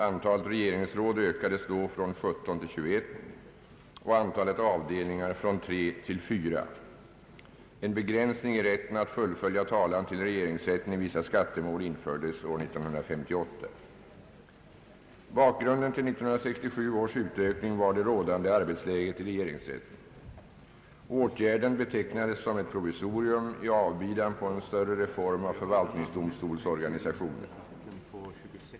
Antalet regeringsråd ökades då från 17 till 21 och antalet avdelningar från tre till fyra. Den särskilda begränsningen i rätten att fullfölja talan till regeringsrätten i vissa skattemål infördes år 1958. Bakgrunden till 1967 års utökning var det rådande arbetsläget i regeringsrätten. Åtgärden betecknades som ett provisorium i avbidan på en större reform av förvaltningsdomstolsorganisationen.